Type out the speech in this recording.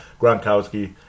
Gronkowski